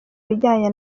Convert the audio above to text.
bijyanye